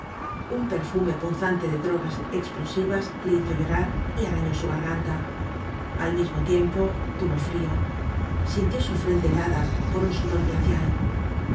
un perfume punzante de drogas explosivas le hizo llorar y arañó su garganta al mismo tiempo tuvo frío sintió su frente helada por un sudor glacial